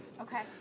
Okay